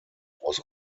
was